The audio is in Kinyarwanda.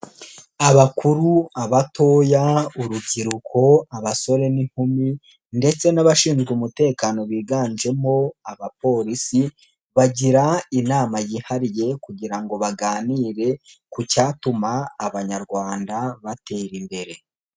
Abakuru, abatoya, urubyiruko, abasore n'inkumi ndetse n'abashinzwe umutekano biganjemo abapolisi bagira inama yihariye kugira ngo baganire ku cyatuma abanyarwanda batera imbere.